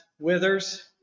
withers